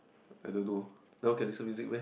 I don't know now can listen music meh